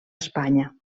espanya